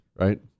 right